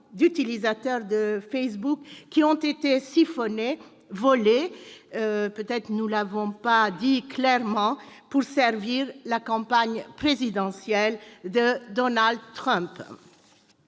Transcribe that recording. d'utilisateurs de Facebook qui ont été « siphonnées », volées- peut-être ne l'avons-nous pas dit clairement -pour servir la campagne présidentielle de Donald Trump.